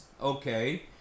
okay